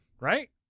right